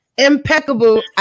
Impeccable